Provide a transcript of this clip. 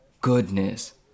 goodness